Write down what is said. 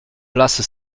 place